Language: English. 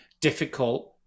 difficult